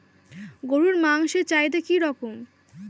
গরুর মাংসের চাহিদা কি রকম?